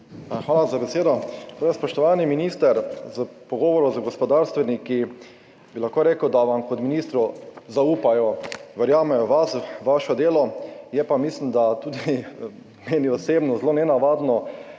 Hvala za besedo. Spoštovani minister, po pogovoru z gospodarstveniki bi lahko rekel, da vam kot ministru zaupajo, verjamejo v vas, v vaše delo. Je pa mislim, da, tudi meni osebno, zelo nenavadno,